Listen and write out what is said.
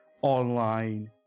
online